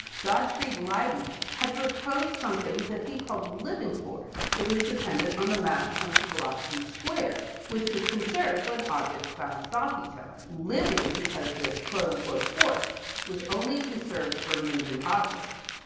gotfried leibniz, had proposed something that he called living force that was dependent on the mass times velocity squared, which was conserved when objects bounced off each other, living because this quote unquote, force was only conserved for moving objects.